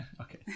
okay